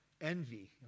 envy